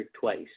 twice